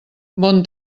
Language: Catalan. bon